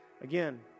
Again